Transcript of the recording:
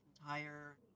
entire